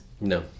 No